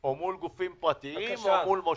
או מול גופים פרטיים או מול מושבים.